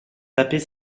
taper